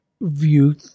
view